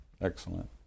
Excellent